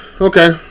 Okay